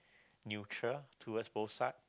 neutral towards both side